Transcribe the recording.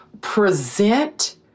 present